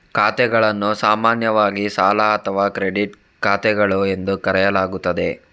ಖಾತೆಗಳನ್ನು ಸಾಮಾನ್ಯವಾಗಿ ಸಾಲ ಅಥವಾ ಕ್ರೆಡಿಟ್ ಖಾತೆಗಳು ಎಂದು ಕರೆಯಲಾಗುತ್ತದೆ